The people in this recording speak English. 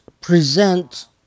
present